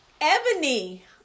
Ebony